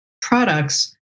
products